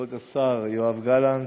כבוד השר יואב גלנט,